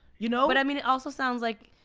you know but i mean it also sounds like,